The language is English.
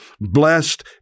blessed